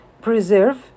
preserve